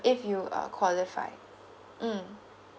if you a qualified mm